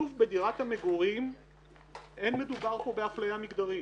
בשיתוף בדירת המגורים אין מדובר באפליה מיגדרית.